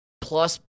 plus